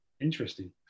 interesting